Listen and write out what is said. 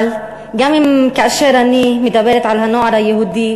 אבל גם כאשר אני מדברת על הנוער היהודי,